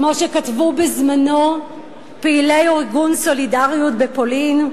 כמו שכתבו בזמנו פעילי ארגון "סולידריות" בפולין: